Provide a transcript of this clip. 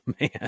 man